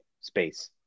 space